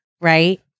right